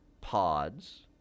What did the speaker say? pods